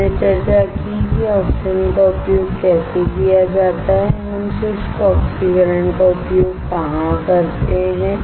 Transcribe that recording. हमने चर्चा की कि ऑक्सीकरण का उपयोग कैसे किया जा सकता है और हम शुष्क ऑक्सीकरण का उपयोग कहां करते हैं